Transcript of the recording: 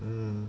mm